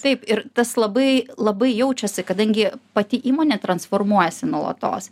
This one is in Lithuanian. taip ir tas labai labai jaučiasi kadangi pati įmonė transformuojasi nuolatos